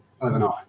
overnight